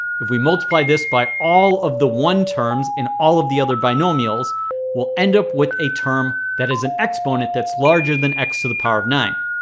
if we multiply this by all of the one terms in all of the other binomials we'll end up with a term that is an exponent that's larger than x to the power of nine